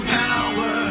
power